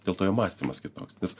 dėl to jo mąstymas kitoks nes